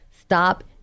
stop